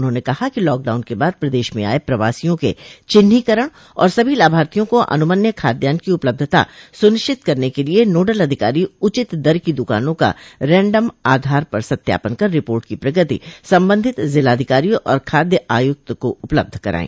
उन्होंने कहा कि लॉकडाउन के बाद प्रदेश में आये प्रवासियों के चिन्हीकरण और सभी लाभार्थियों को अनुमन्य खाद्यान की उपलब्धता सुनिश्चित करने के लिये नोडल अधिकारी उचित दर की दुकानों का रैन्डम आधार पर सत्यापन कर रिपोर्ट की प्रगति संबंधित जिलाधिकारी और खाद्य आयुक्त उपलब्ध कराये